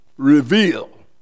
reveal